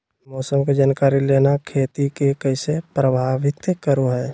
मौसम के जानकारी लेना खेती के कैसे प्रभावित करो है?